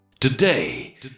Today